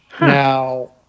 Now